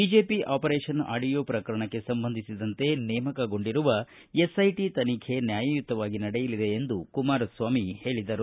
BJP operation audio ಪ್ರಕರಣಕ್ಕೆ ಸಂಬಂಧಿಸಿದಂತೆ ನೇಮಕಗೊಂಡಿರುವ ಎಸ್ಐಟಿ ತನಿಖೆ ನ್ವಾಯಯುತವಾಗಿ ನಡೆಯಲಿದೆ ಎಂದು ಕುಮಾರಸ್ವಾಮಿ ಹೇಳಿದರು